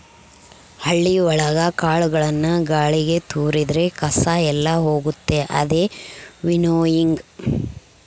ಹಳ್ಳಿ ಒಳಗ ಕಾಳುಗಳನ್ನು ಗಾಳಿಗೆ ತೋರಿದ್ರೆ ಕಸ ಎಲ್ಲ ಹೋಗುತ್ತೆ ಅದೇ ವಿನ್ನೋಯಿಂಗ್